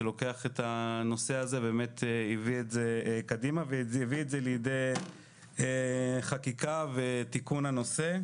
שלקח את הנושא הזה וקידם אותו והביא אותו לידי חקיקה ותיקון הנושא.